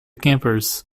campers